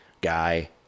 guy